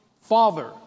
father